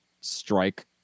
Strike